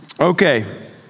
Okay